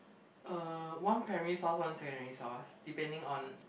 uh one primary source one secondary source depending on